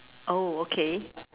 oh okay